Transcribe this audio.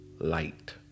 Light